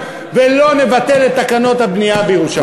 ולא נבטל את תקנות הבנייה בירושלים.